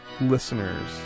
listeners